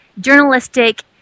journalistic